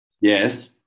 Yes